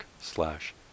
slash